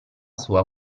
sua